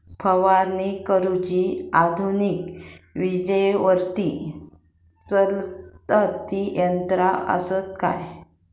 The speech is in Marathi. फवारणी करुची आधुनिक विजेवरती चलतत ती यंत्रा आसत काय?